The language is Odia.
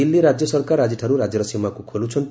ଦିଲ୍ଲୀ ରାଜ୍ୟ ସରକାର ଆଜିଠାରୁ ରାଜ୍ୟର ସୀମାକୁ ଖୋଲୁଛନ୍ତି